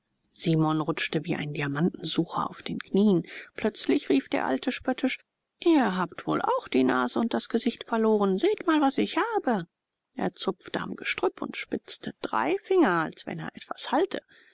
simon rutschte wie ein diamantensucher auf den knien plötzlich rief der alte spöttisch ihr habt wohl auch die nase und das gesicht verloren seht mal was ich habe er zupfte am gestrüpp und spitzte drei finger als wenn er etwas halte